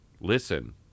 listen